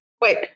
Wait